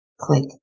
click